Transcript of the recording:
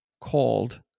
called